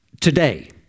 today